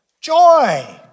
Joy